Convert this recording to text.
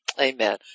Amen